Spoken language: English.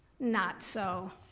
not so.